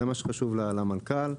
זה מה שחשוב למנכ"ל.